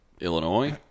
Illinois